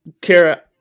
Kara